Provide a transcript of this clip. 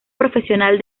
profesional